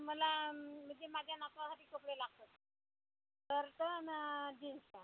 मला म्हणजे माझ्या नातवासाठी कपडे लागतात शर्ट आणि जीन्स पँट